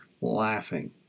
laughing